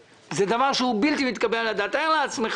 של נפגעי פעולות איבה שזה גם מקבל ממד אחר מבחינת החוק.